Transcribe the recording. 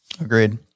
Agreed